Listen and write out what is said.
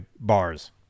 bars